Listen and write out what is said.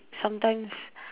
sometimes